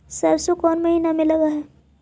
सरसों कोन महिना में लग है?